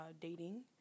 dating